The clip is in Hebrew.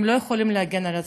הם לא יכולים להגן על עצמם,